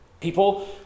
People